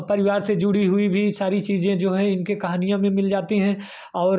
परिवार से जुड़ी हुई भी सारी चीज़ें जो हैं इनके कहानियों में मिल जाती है और